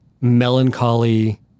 melancholy